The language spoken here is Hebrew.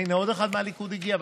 והינה עוד אחד מהליכוד הגיע,